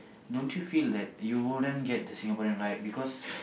don't you feel that you wouldn't get the Singaporean vibe because